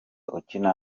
ukina